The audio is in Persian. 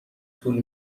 طول